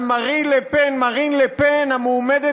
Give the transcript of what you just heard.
על מרין לה פן, המועמדת